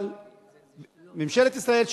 אבל ממשלת ישראל,